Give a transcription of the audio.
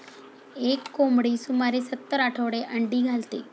एक कोंबडी सुमारे सत्तर आठवडे अंडी घालते